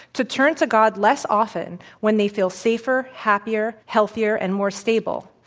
to turn to god less often when they feel safer, happier, healthier, and more stable,